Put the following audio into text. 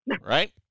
Right